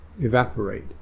evaporate